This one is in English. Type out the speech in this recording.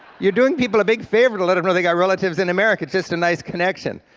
you're doing people a big favor to let em' know they got relatives in america, it's just a nice connection.